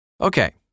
Okay